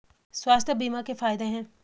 स्वास्थ्य बीमा के फायदे हैं?